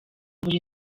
buri